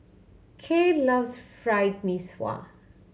Cael loves Fried Mee Sua